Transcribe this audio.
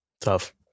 Tough